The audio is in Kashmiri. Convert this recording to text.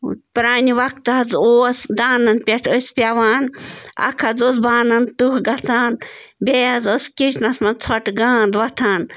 پرٛانہِ وقتہٕ حظ اوس دانَن پٮ۪ٹھ ٲسۍ پٮ۪وان اَکھ حظ اوس بانَن تٕہہ گژھان بیٚیہِ حظ اوس کِچنَس منٛز ژھۄٹہٕ گانٛد وۄتھان